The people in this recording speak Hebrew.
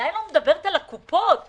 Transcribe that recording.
עדיין לא מדברת על קופות החולים,